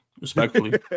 Respectfully